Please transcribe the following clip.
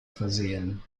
versehen